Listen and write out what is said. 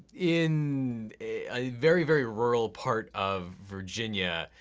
in a very, very rural part of virginia,